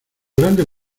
grandes